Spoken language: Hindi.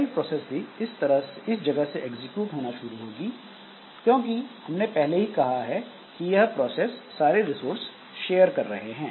चाइल्ड प्रोसेस भी इस जगह से एग्जीक्यूट होना शुरू होगी क्योंकि हमने पहले ही कहा है कि यह दोनों प्रोसेस सारे रिसोर्स शेयर कर रहे हैं